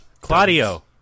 Claudio